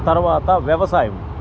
తర్వాత వ్యవసాయం